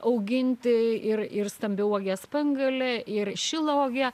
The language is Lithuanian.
auginti ir ir stambiauoges spanguolę ir šilauogę